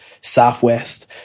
Southwest